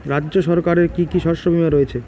রাজ্য সরকারের কি কি শস্য বিমা রয়েছে?